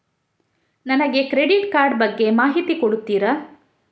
ನನಗೆ credit card ಬಗ್ಗೆ ಮಾಹಿತಿ ಕೊಡುತ್ತೀರಾ?